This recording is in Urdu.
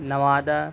نوادہ